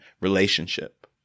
relationship